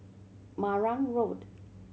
Marang Road